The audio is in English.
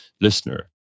listener